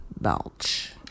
Belch